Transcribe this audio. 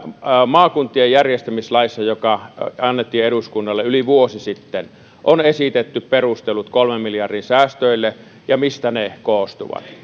maakuntien järjestämislaissa joka annettiin eduskunnalle yli vuosi sitten on esitetty perustelut kolmen miljardin säästöille ja se mistä ne koostuvat